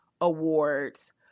Awards